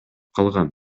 калган